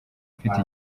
mfite